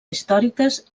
històriques